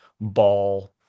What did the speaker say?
Ball